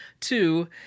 Two